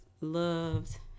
loved